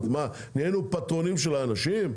נהיינו פטרונים של האנשים?